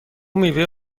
میوه